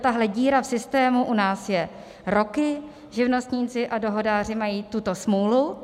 Tahle díra v systému u nás je roky, živnostníci a dohodáři mají tuto smůlu.